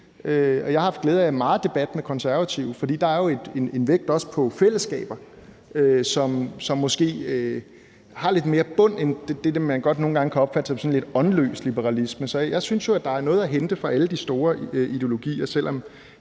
jeg har haft glæde af meget debat med Konservative, for der er jo også en vægt på fællesskaber, som måske har lidt mere bund end det, man godt nogle gange kan opfatte som sådan lidt åndløs liberalisme. Så jeg synes, at der er noget at hente fra alle de store ideologier, selv om